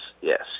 yes